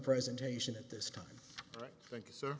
presentation at this time